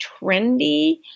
trendy